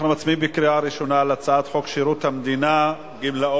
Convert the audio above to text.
אנחנו מצביעים בקריאה ראשונה על הצעת חוק שירות המדינה (גמלאות)